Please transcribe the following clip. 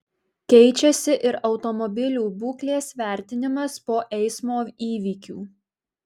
keičiasi ir automobilių būklės vertinimas po eismų įvykių